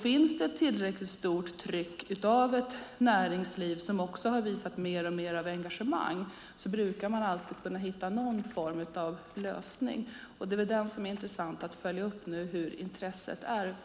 Finns det ett tillräckligt stort tryck från ett näringsliv som också har visat mer och mer engagemang brukar man alltid kunna hitta någon form av lösning. Nu är det intressant att följa upp hur intresset är.